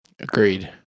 Agreed